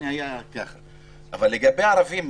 לגבי ערבים,